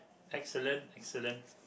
excellent excellent